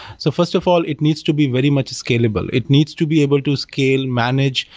so first of all, it needs to be very much scalable. it needs to be able to scale, manage,